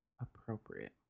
appropriate